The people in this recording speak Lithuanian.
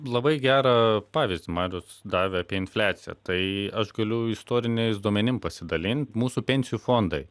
labai gerą pavyzdį marius davė apie infliaciją tai aš galiu istoriniais duomenim pasidalint mūsų pensijų fondai